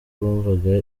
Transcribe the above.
bumvaga